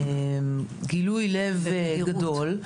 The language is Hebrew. זה בגילוי לב גדול.